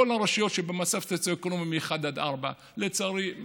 כל הרשויות שבמצב סוציו-אקונומי מ-1 4. לצערי,